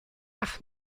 ach